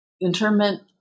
internment